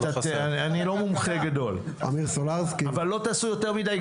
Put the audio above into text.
ואני קמתי בבוקר למחרת